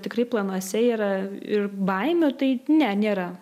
tikrai planuose yra ir baimių tai ne nėra